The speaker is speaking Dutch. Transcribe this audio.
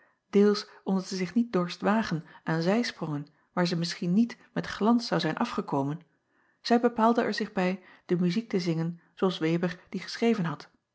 deels omdat zij zich niet dorst wagen aan zijsprongen waar zij misschien niet met glans zou zijn afgekomen zij bepaalde er zich bij de muziek te zingen zoo als eber die geschreven had